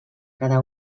cada